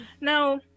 Now